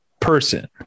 person